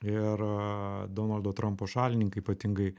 ir donaldo trampo šalininkai ypatingai